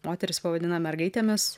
moteris pavadina mergaitėmis